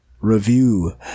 review